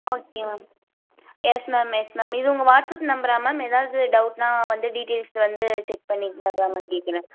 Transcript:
okay ma'am yes ma'am yes ma'am இது உங்கள் WhatsApp நம்பரா மேம் எதாவது டவுட்ன்னா வந்து டீட்டெயில்ஸ் வந்து செக் பண்ணிக்கிறதுக்காக தான் மேம் கேட்குறேன்